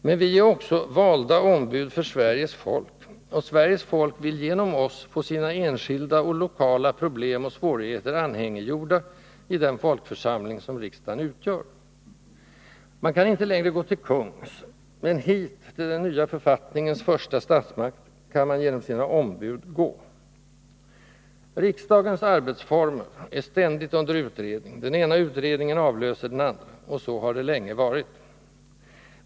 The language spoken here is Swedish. Men vi är också ”valda ombud för Sveriges folk”, och Sveriges folk vill genom oss få sina enskilda och lokala problem och svårigheter anhängiggjorda i den folkförsamling som riksdagen utgör. Man kan inte längre ”gå till kungs”, men hit — till den nya författningens första statsmakt — kan man genom sina ombud gå. ”Riksdagens arbetsformer” är ständigt under utredning — den ena utredningen avlöser den andra — och så har det länge varit.